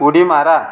उडी मारा